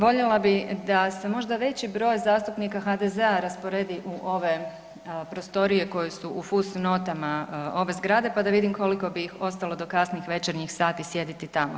Voljela bih da se možda veći broj zastupnika HDZ-a rasporedi u ove prostorije koje su u fusnotama ove zgrade, pa da vidim koliko bi ih ostalo do krasnih večernjih sati sjediti tamo.